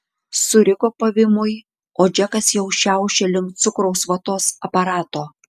suriko pavymui o džekas jau šiaušė link cukraus vatos aparato